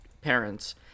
parents